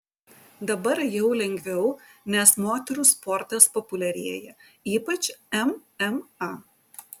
dabar jau lengviau nes moterų sportas populiarėja ypač mma